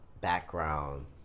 background